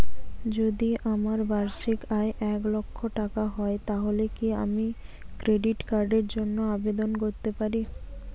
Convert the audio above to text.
যদি আমার বার্ষিক আয় এক লক্ষ টাকা হয় তাহলে কি আমি ক্রেডিট কার্ডের জন্য আবেদন করতে পারি?